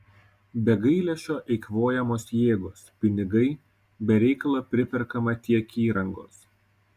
be gailesčio eikvojamos jėgos pinigai be reikalo priperkama tiek įrangos